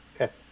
Okay